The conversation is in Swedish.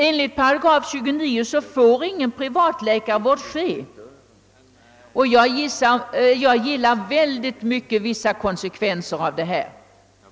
Enligt 29 § får ingen privatläkarvård ske, och jag gillar i hög grad vissa konsekvenser av detta.